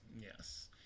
yes